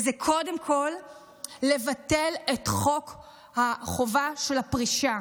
וזה קודם כול לבטל את חוק החובה של הפרישה.